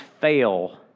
fail